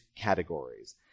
categories